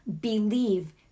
Believe